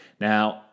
Now